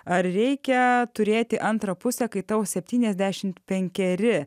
ar reikia turėti antrą pusę kai tau septyniasdešimt penkeri